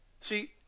See